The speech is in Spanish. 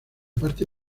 parte